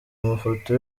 amafoto